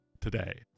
today